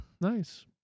nice